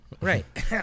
Right